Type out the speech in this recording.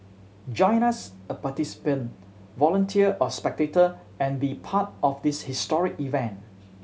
join us a participant volunteer or spectator and be part of this historic event